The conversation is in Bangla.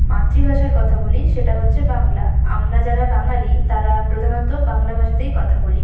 মাতৃভাষার কথা বলি সেটা হচ্ছে বাংলা আমরা যারা বাঙালি তারা প্রধানত বাংলা ভাষাতেই কথা বলি